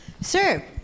sir